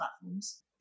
platforms